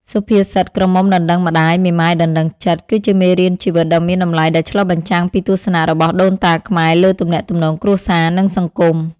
សុភាសិត "ក្រមុំដណ្ដឹងម្ដាយ មេម៉ាយដណ្ដឹងចិត្ត" គឺជាមេរៀនជីវិតដ៏មានតម្លៃដែលឆ្លុះបញ្ចាំងពីទស្សនៈរបស់ដូនតាខ្មែរលើទំនាក់ទំនងគ្រួសារ និងសង្គម។